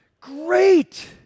Great